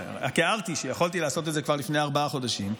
הערתי שיכולתי לעשות את זה כבר לפני ארבעה חודשים,